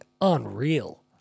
unreal